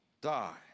die